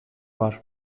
var